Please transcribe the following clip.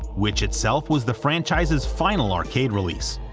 which itself was the franchise's final arcade release.